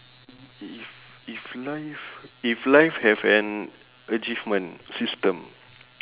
if if live if live have an achievement system